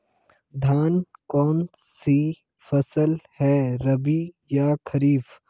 धान कौन सी फसल है रबी या खरीफ?